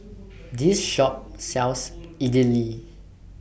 This Shop sells Idili